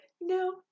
No